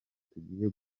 tugiye